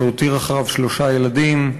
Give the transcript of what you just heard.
שהותיר אחריו שלושה ילדים,